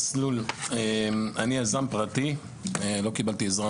במדינה שלנו, בעיקר בספורט, אם אתה נחמד אז נחמדים